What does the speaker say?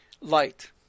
light